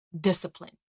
discipline